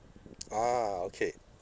ah okay